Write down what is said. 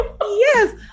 Yes